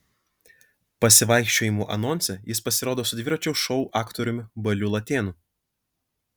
pasivaikščiojimų anonse jis pasirodo su dviračio šou aktoriumi baliu latėnu